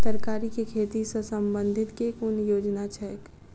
तरकारी केँ खेती सऽ संबंधित केँ कुन योजना छैक?